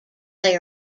they